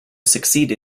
succeed